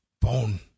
bone